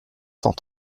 cent